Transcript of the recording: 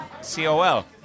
C-O-L